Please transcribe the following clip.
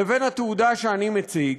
לבין התעודה שאני מציג,